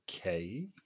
Okay